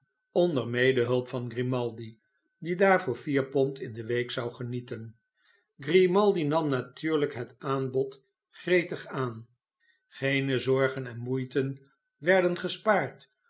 onder medehulp van grimaldi die daarvoor vier pond in de week zou genieten grimaldi nam natuurlijk het aanbod gretig aan geene zorgen en moeiten werden gespaard